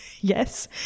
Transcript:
Yes